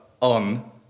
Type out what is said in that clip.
on